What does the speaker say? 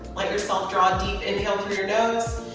let yourself draw deep, inhale through your nose